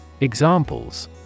Examples